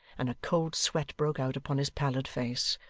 and a cold sweat broke out upon his pallid face.